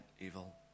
evil